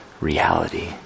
reality